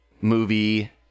movie